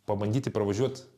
pabandyti pravažiuot